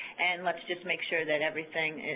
and let's just make sure that everything